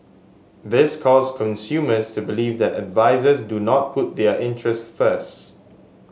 this caused consumers to believe that advisers do not put their interests first